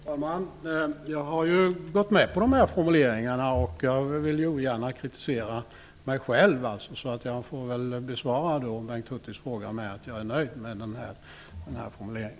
Fru talman! Jag har ju gått med på de här skrivningarna, och jag vill ogärna kritisera mig själv. Jag får väl därför besvara Bengt Hurtigs fråga med att jag är nöjd med denna formulering.